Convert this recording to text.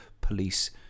police